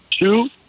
Two